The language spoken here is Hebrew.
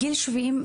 גיל 70,